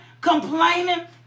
complaining